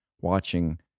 watching